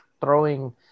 throwing